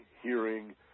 hearing